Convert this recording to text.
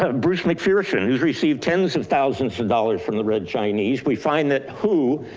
ah bruce mcpherson. who's received tens of thousands of dollars from the red chinese. we find that who,